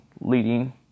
leading